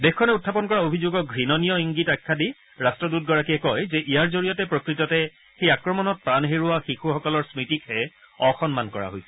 দেশখনে উখাপন কৰা অভিযোগক ঘণনীয় ইংগিত আখ্যা দি ৰাষ্টদুতগৰাকীয়ে কয় যে ইয়াৰ জৰিয়তে প্ৰকৃততে সেই আক্ৰমণত প্ৰাণ হেৰুওৱা শিশুসকলৰ স্মতিকহে অসন্মান কৰা হৈছে